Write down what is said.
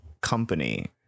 company